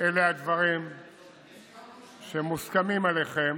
אלה הדברים שמוסכמים עליכם.